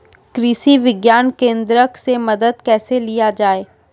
कृषि विज्ञान केन्द्रऽक से मदद कैसे लिया जाय?